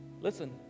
Listen